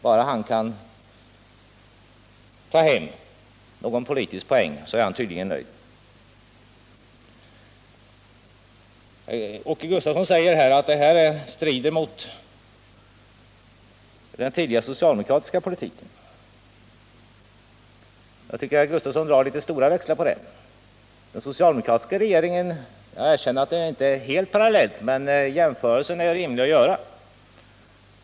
Bara han kan ta hem någon politisk poäng så är han nöjd. Åke Gustavsson säger att detta strider mot den tidigare socialdemokratiska politiken. Jag tycker att Åke Gustavsson drar väl stora växlar på den. Jag erkänner att det inte är helt parallellt. Men jämförelsen är rimlig att göra.